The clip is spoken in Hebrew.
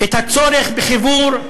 את הצורך בחיבור,